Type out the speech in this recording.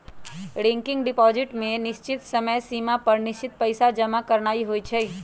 recurring deposit में निश्चित समय सिमा पर निश्चित पइसा जमा करानाइ होइ छइ